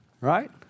right